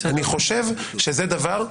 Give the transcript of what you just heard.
זה דבר,